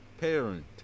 parent